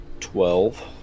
Twelve